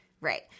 Right